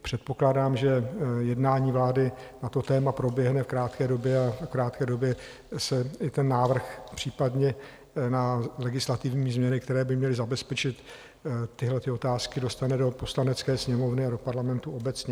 Předpokládám, že jednání vlády na to téma proběhne v krátké době, a v krátké době se i ten návrh případně na legislativní změny, které by měly zabezpečit tyhlety otázky, dostane do Poslanecké sněmovny a do Parlamentu obecně.